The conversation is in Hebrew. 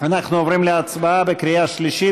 אנחנו עוברים להצבעה בקריאה שלישית.